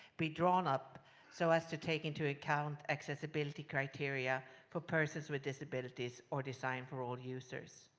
be drawn up so as to take into account accessibility criteria for persons with disabilities or designed for all users.